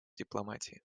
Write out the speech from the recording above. дипломатии